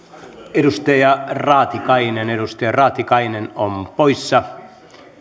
edustaja raatikainen edustaja raatikainen on poissa